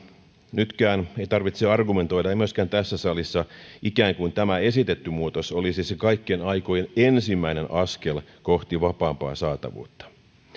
nytkään ei tarvitse argumentoida ei myöskään tässä salissa ikään kuin tämä esitetty muoto olisi se kaikkien aikojen ensimmäinen askel kohti vapaampaa saatavuutta